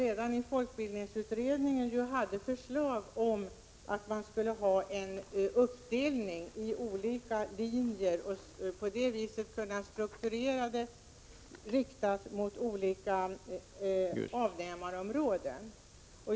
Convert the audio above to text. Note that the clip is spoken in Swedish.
Redan i folkbildningsutredningen fanns det ju förslag om att man skulle ha en uppdelning på olika linjer för att på det viset kunna strukturera detta i riktning mot olika avnämarområden.